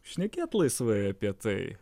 šnekėt laisvai apie tai